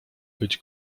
być